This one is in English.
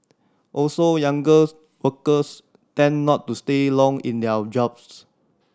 also younger workers tend not to stay long in their jobs